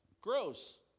gross